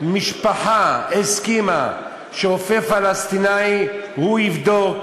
המשפחה הסכימה שרופא פלסטיני יבדוק,